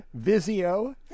Vizio